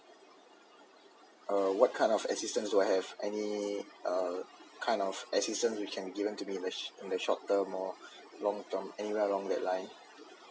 uh what kind of assistance do I have any uh kind of assistance which can be given to me in the short term or long term anywhere along that line